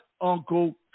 uncle